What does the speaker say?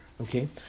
okay